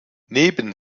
neben